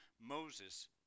Moses